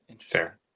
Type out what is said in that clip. Fair